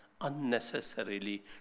unnecessarily